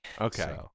Okay